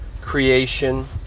creation